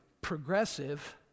progressive